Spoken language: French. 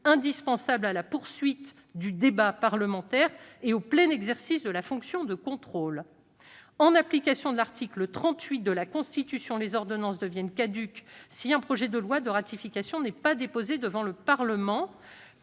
indispensables à la poursuite du débat parlementaire et au plein exercice de la fonction de contrôle ? En application de l'article 38 de la Constitution, les ordonnances deviennent caduques si un projet de loi de ratification n'est pas déposé devant le Parlement